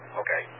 okay